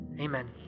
Amen